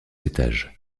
étages